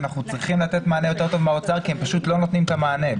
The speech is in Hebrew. אנחנו צריכים לתת מענה יותר טוב מהאוצר כי הם פשוט לא נותנים את המענה.